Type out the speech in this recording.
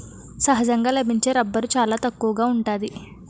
సహజంగా లభించే రబ్బరు చాలా తక్కువగా ఉంటాది